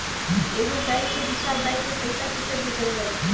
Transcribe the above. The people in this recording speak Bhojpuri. एगो बैक से दूसरा बैक मे पैसा कइसे भेजल जाई?